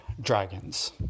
dragons